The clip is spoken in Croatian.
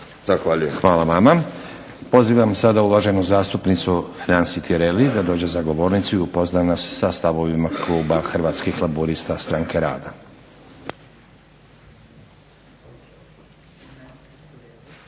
(SDP)** Hvala vama. Pozivam sada uvaženu zastupnicu Nansi Tireli da dođe za govornicu i upozna nas sa stavovima kluba Hrvatskih laburista-Stranke rada.